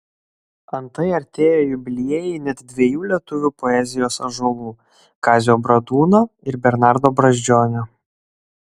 antai artėja jubiliejai net dviejų lietuvių poezijos ąžuolų kazio bradūno ir bernardo brazdžionio